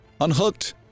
unhooked